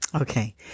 Okay